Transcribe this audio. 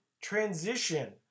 transition